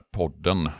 podden